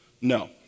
No